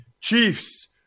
Chiefs